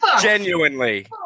Genuinely